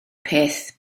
peth